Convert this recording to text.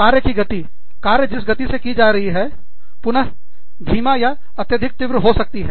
कार्य की गति कार्य जिस गति की जा रही है पुन धीमा या अत्यधिक तीव्र हो सकती है